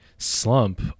Slump